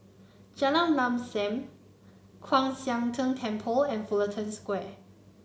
Jalan Lam Sam Kwan Siang Tng Temple and Fullerton Square